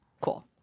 cool